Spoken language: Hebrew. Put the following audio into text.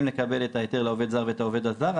לקבל את ההיתר לעובד זר ואת העובד הזר,